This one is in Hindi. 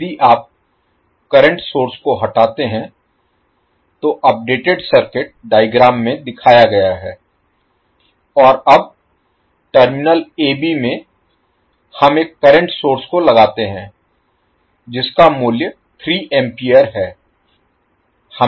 यदि आप करंट सोर्स को हटाते हैं तो अपडेटेड सर्किट डायग्राम में दिखाया गया है और अब टर्मिनल a b में हम एक करंट सोर्स को लगाते हैं जिसका मूल्य 3 A है